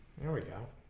area